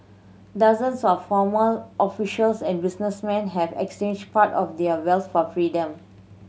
dozens of former officials and businessmen have exchanged part of their wealth for freedom